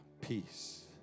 peace